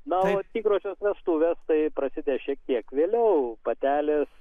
na o tikrosios vestuvės tai prasidės šiek tiek vėliau patelės